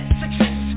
success